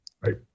Right